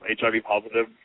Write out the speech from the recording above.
HIV-positive